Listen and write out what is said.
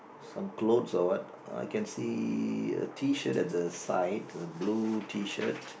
some clothes or what I can see a T-shirt at the side a blue T-shirt